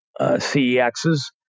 cex's